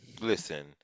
Listen